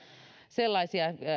sellaisia